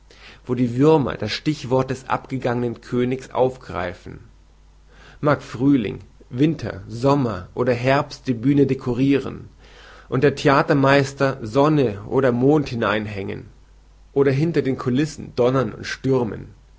wo die würmer das stichwort des abgegangenen königs aufgreifen mag frühling winter sommer oder herbst die bühne dekoriren und der theatermeister sonne oder mond hineinhängen oder hinter den koulissen donnern und stürmen